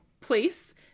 place